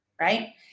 right